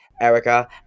erica